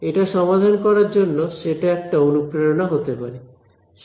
এটা সমাধান করার জন্য সেটা একটা অনুপ্রেরণা হতে পারে